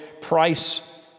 price